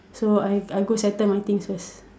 so I I go settle my things first